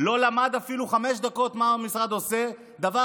אז אני